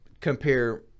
compare